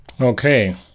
Okay